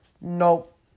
nope